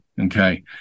okay